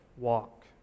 walk